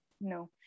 no